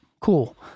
Cool